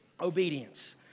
Obedience